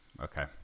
Okay